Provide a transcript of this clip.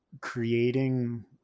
creating